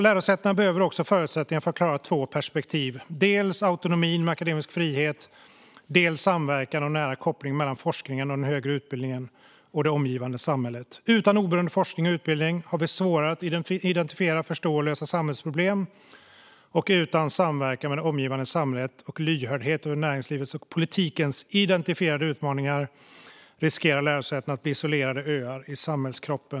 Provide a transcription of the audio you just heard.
Lärosätena behöver även förutsättningar att klara två perspektiv, dels autonomi med akademisk frihet, dels samverkan och nära koppling mellan forskningen och den högre utbildningen och det omgivande samhället. Utan oberoende forskning och utbildning är det svårare att identifiera, förstå och lösa samhällsproblem. Utan samverkan med det omgivande samhället och lyhördhet gentemot näringslivets och politikens identifierade utmaningar riskerar lärosätena att bli isolerade öar i samhällskroppen.